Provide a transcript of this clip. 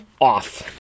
off